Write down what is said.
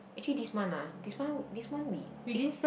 actually this month ah this month this month we eh